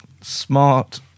smart